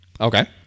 Okay